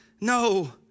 no